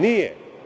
Nije.